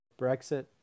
Brexit